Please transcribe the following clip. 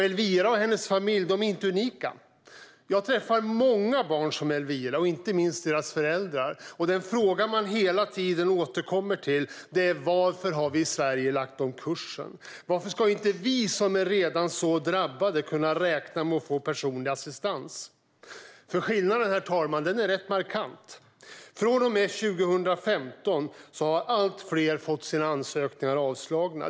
Elvira och hennes familj är inte unika. Jag träffar många barn som Elvira och inte minst deras föräldrar. Den fråga de hela tiden återkommer till är: Varför har man i Sverige lagt om kursen? Varför ska inte vi, som redan är så drabbade, kunna räkna med att få personlig assistans? Skillnaden, herr talman, är rätt markant. Från och med 2015 har allt fler fått sina ansökningar avslagna.